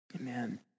Amen